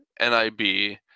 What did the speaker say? NIB